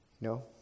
No